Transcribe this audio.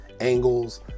angles